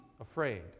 afraid